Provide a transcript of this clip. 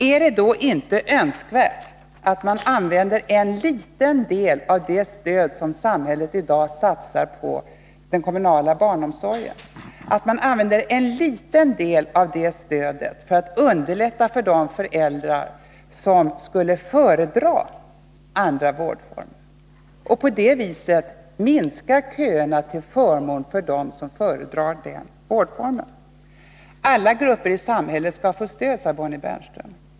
Är det då inte önskvärt att man använder en liten del av det stöd som samhället i dag satsar på den kommunala barnomsorgen för att underlätta för de föräidrar som skulle föredra andra vårdformer och på det viset minska köerna till förmån för dem som föredrar kommunal barnomsorg? Alla grupper i samhället skall få stöd, sade Bonnie Bernström.